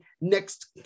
next